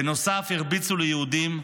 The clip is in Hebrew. בנוסף הרביצו ליהודים,